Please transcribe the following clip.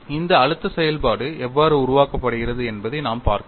இந்த அழுத்த செயல்பாடு எவ்வாறு உருவாக்கப்படுகிறது என்பதை நாம் பார்க்க வேண்டும்